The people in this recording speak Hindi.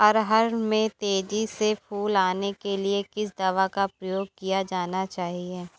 अरहर में तेजी से फूल आने के लिए किस दवा का प्रयोग किया जाना चाहिए?